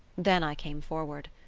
then i came forward.